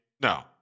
No